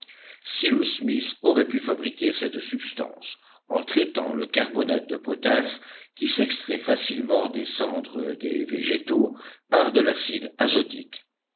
cyrus smith aurait pu fabriquer cette substance en traitant le carbonate de potasse qui s'extrait facilement des cendres des végétaux par de l'acide azotique